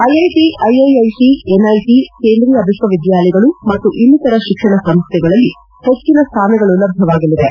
IIT IIIT NIT ಕೇಂದ್ರೀಯ ವಿಶ್ಲವಿದ್ಯಾಲಯಗಳು ಮತ್ತು ಇನ್ನಿತರ ಶಿಕ್ಷಣ ಸಂಸ್ಥೆಗಳಲ್ಲಿ ಹೆಚ್ಚಿನ ಸ್ಥಾನಗಳು ಲಭ್ಯವಾಗಲಿವೆ